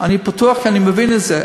אני פתוח כי אני מבין את זה,